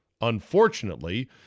unfortunately